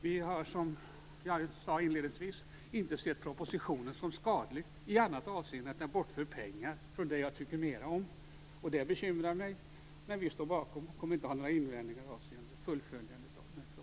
Vi har, som jag sade inledningsvis, inte sett propositionen som skadlig i annat avseende än att den bortför pengar från det jag tycker mera om. Det bekymrar mig, men vi står bakom och kommer inte att ha några invändningar avseende fullföljandet av den här propositionen.